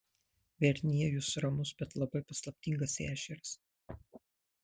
verniejus ramus bet labai paslaptingas ežeras